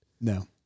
No